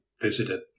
visited